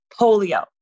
polio